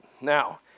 Now